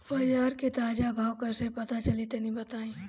बाजार के ताजा भाव कैसे पता चली तनी बताई?